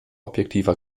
objektiver